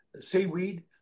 seaweed